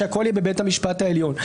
שהכול יהיה בבית המשפט העליון.